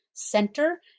center